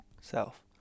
self